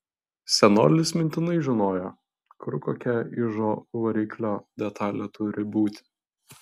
senolis mintinai žinojo kur kokia ižo variklio detalė turi būti